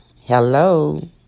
Hello